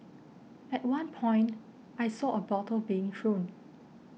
at one point I saw a bottle being thrown